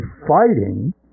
fighting